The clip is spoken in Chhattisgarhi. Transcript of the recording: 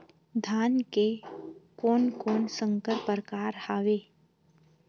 धान के कोन कोन संकर परकार हावे?